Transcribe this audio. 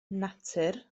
natur